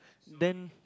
then